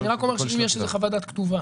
אני מבקש, אם יש חוות דעת כתובה